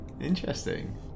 Interesting